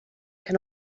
can